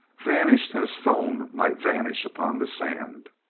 vanished as foam might vanish upon the sand.